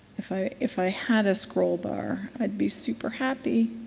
if i if i had a scroll bar i'd be super happy.